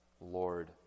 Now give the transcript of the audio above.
Lord